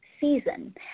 season